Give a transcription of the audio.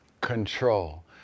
control